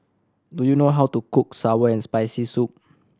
do you know how to cook sour and Spicy Soup